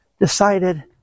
decided